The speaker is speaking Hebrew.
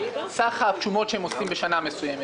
סך התשומות שהם עושים בשנה מסוימת,